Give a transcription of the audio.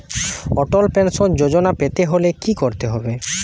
অটল pension Yojana পেতে হলে কি করতে হবে?